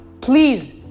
please